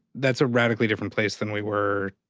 that's a radically different place than we were,